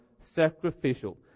Sacrificial